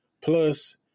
Plus